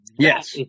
Yes